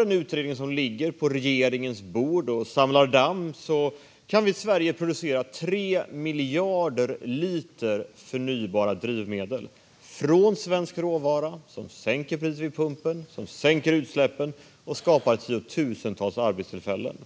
den utredning som ligger på regeringens bord och samlar damm genomförs kan vi i Sverige producera 3 miljarder liter förnybara drivmedel från svensk råvara. Det skulle sänka priset vid pumpen, minska utsläppen och skapa tiotusentals arbetstillfällen.